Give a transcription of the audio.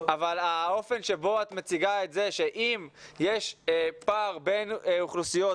אבל באופן שבו את מציגה את זה שאם יש פער בין אוכלוסיות,